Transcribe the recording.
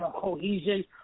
cohesion